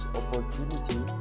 opportunity